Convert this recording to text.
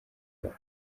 ebola